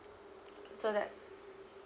so that's